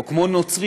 או כמו "נוצרית",